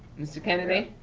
mr. kennedy?